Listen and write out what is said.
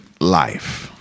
life